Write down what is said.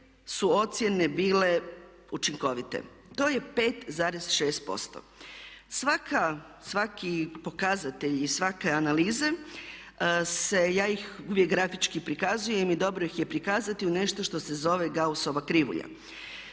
su ocjene bile učinkovite. To je 5,6%. Svaki pokazatelj i svake analize se, ja ih uvijek grafički prikazujem i dobro ih je prikazati u nešto što se zove Gaussova krivulja.